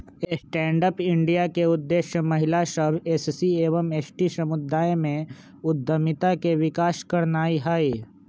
stand up India के उद्देश्य महिला सभ, एस.सी एवं एस.टी समुदाय में उद्यमिता के विकास करनाइ हइ